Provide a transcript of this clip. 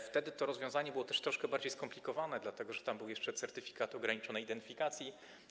Wtedy to rozwiązanie było też troszkę bardziej skomplikowane, dlatego że tam był jeszcze certyfikat ograniczonej identyfikacji.